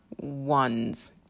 ones